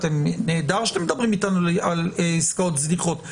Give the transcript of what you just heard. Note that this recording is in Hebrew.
נהדר שאתם מדברים איתנו על עסקאות זניחות,